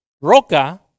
roca